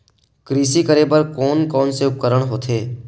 कृषि करेबर कोन कौन से उपकरण होथे?